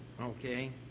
okay